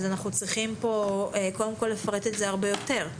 אנחנו צריכים כאן לפרט את זה הרבה יותר.